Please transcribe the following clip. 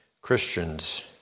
Christians